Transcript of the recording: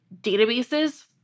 databases